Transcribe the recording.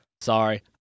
Sorry